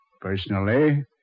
Personally